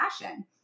passion